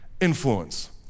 influence